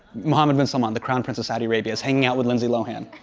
mohammed bin salman the crown prince of saudi arabia is hanging out with lindsay lohan.